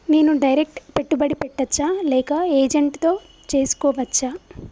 నేను డైరెక్ట్ పెట్టుబడి పెట్టచ్చా లేక ఏజెంట్ తో చేస్కోవచ్చా?